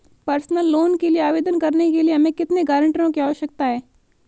Personal loan के लिए आवेदन करने के लिए हमें कितने गारंटरों की आवश्यकता है?